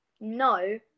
no